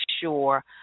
sure